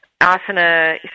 asana